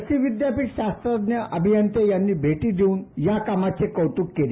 कुषी विद्यापीठ शास्त्रज्ञ अभियंते यांनी भेटी देऊन या कामाचे कौतुक केले